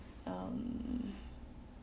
um